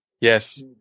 Yes